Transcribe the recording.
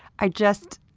i just,